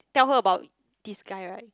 tell her about this guy right